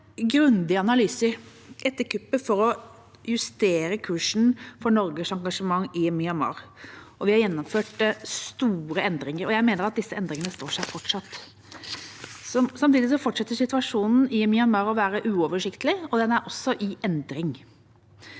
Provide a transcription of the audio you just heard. Vi har gjort grundige analyser etter kuppet for å justere kursen for Norges engasjement i Myanmar. Vi har gjennomført store endringer, og jeg mener at disse endringene fortsatt står seg. Samtidig fortsetter situasjonen i Myanmar å være uoversiktlig, og den er også i endring.